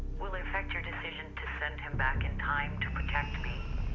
will it affect your decision to send him back in time to protect me.